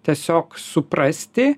tiesiog suprasti